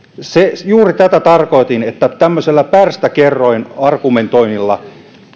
juuri tätä tarkoitin että tämmöisellä pärstäkerroinargumentoinnilla